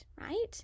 right